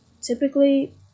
typically